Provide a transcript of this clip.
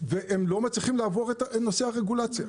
והם לא מצליחים לעבור את נושא הרגולציה,